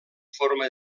forma